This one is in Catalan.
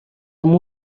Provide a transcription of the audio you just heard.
amb